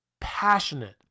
passionate